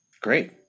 great